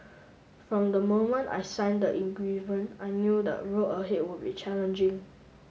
from the moment I sign the I knew the road ahead would be challenging